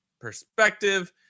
perspective